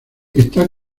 está